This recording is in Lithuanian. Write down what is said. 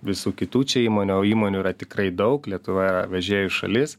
visų kitų čia įmonių o įmonių yra tikrai daug lietuva vežėjų šalis